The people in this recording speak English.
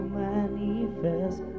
manifest